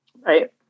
right